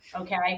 Okay